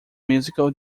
musical